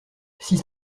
six